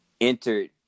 entered